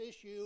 issue